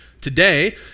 Today